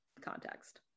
context